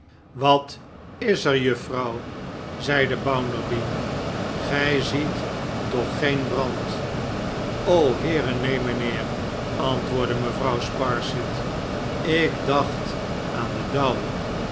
wat is er juffrouw zeide bounderby gij ziet toch geen brand heere neen mijnheer antwoordde mevrouw sparsit ik dacht aan den dauw